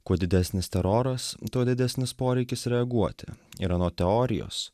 kuo didesnis teroras tuo didesnis poreikis reaguoti ir anot teorijos